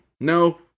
No